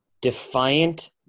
defiant